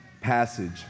passage